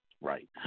right